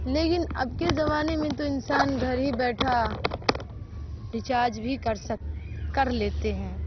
لیکن اب کے زمانے میں تو انسان گھر ہی بیٹھا ریچارج بھی کر کر لیتے ہیں